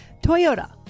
Toyota